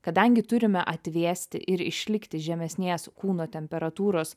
kadangi turime atvėsti ir išlikti žemesnės kūno temperatūros